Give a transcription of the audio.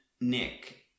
Nick